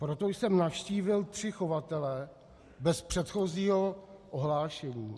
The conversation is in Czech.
Proto jsem navštívil tři chovatele bez předchozího ohlášení.